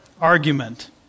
argument